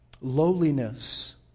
Lowliness